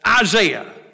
Isaiah